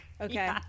okay